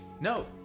No